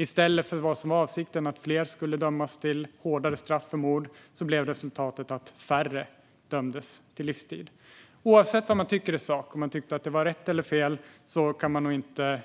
I stället för vad som var avsikten, nämligen att fler skulle dömas till hårdare straff för mord, blev resultatet att färre dömdes till livstid. Oavsett vad man tycker i sak, om det var rätt eller fel, kan man inte